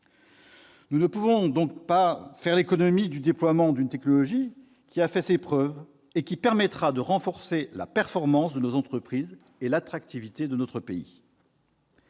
Nous ne pouvons donc pas faire l'économie du déploiement d'une technologie qui a fait ses preuves et qui permettra de renforcer la performance de nos entreprises et l'attractivité de notre pays.